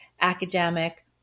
academic